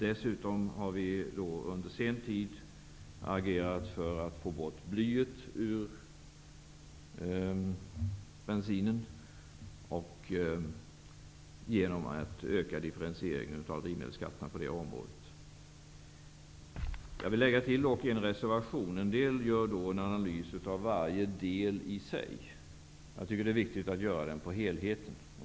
Dessutom har vi under sen tid agerat för att få bort blyet ur bensinen genom att öka differentieringen av drivmedelsskatten på det området. Jag vill tillägga en reservation. En del gör en analys av varje del i sig. Jag tycker att det är viktigt att göra den på helheten.